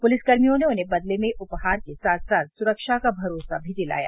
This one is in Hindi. पुलिस कर्मियों ने उन्हें बदले में उपहार के साथ साथ सुरक्षा का भरोसा भी दिलाया